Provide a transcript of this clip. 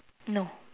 no